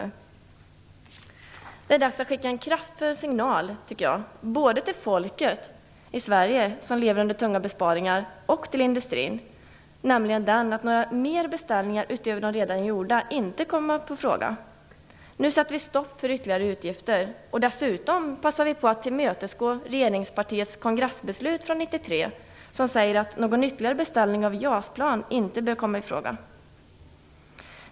Det är dags, tycker jag, att skicka en kraftfull signal, både till folket i Sverige som lever under tunga besparingar och till industrin, att några mer beställningar utöver de redan gjorda inte kan komma på fråga. Nu sätter vi stopp för ytterligare utgifter. Dessutom passar vi på att tillmötesgå regeringspartiets kongressbeslut från 1993, som säger att någon ytterligare beställning av JAS-plan inte bör komma i fråga.